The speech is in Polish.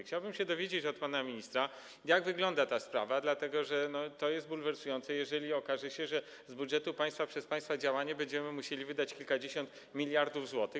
Chciałbym się dowiedzieć od pana ministra, jak wygląda ta sprawa, dlatego że to jest bulwersujące, jeżeli okaże się, że z budżetu państwa przez państwa działanie będziemy musieli wydać kilkadziesiąt miliardów złotych.